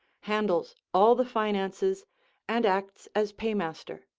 handles all the finances and acts as paymaster.